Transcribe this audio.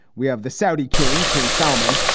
we have the saudi king, king salman.